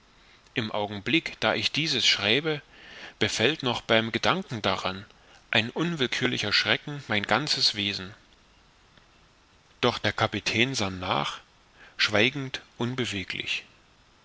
im augenblick da ich dieses schreibe befällt noch beim gedanken daran ein unwillkürlicher schrecken mein ganzes wesen doch der kapitän sann nach schweigend unbeweglich